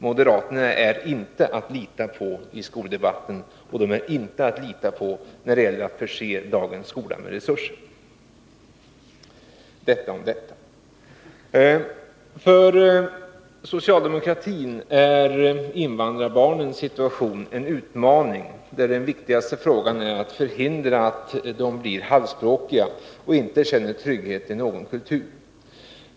Moderaterna är inte att lita på i skoldebatten, och de är inte heller att lita på när det gäller att förse dagens skola med resurser. — Detta om detta. För socialdemokratin är invandrarbarnens situation en utmaning, där det viktigaste är att förhindra att de blir halvspråkiga och inte känner trygghet i någon kultur.